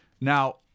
Now